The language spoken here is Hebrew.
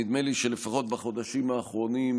נדמה לי שלפחות בחודשים האחרונים,